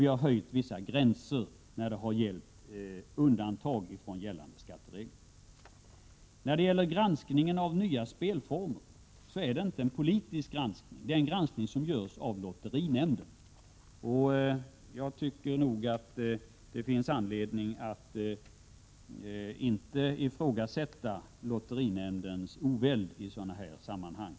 Vi har dessutom höjt vissa gränser för undantag från gällande skatteregler. Den granskning av nya spelformer som sker är inte politisk. Denna granskning görs av lotterinämnden. Det finns inte anledning att ifrågasätta lotterinämndens oväld i detta sammanhang.